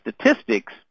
statistics